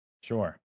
Sure